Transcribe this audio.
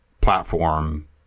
platform